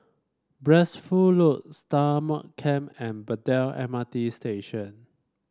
Blissful Loft Stagmont Camp and Braddell M R T Station